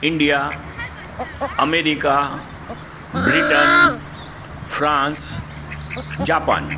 India America Britain France Japan